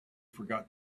forgot